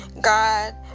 God